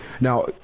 Now